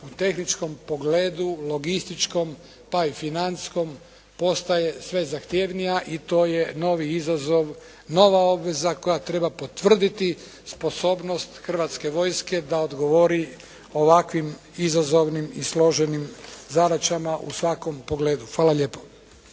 u tehničkom pogledu, logističkom, ta i financijskom postaje sve zahtjevnija i to je novi izazov, nova obveza koja treba potvrditi sposobnost Hrvatske vojske da odgovori ovakvim izazovnim i složenim zadaćama u svakom pogledu. Hvala lijepo.